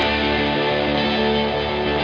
and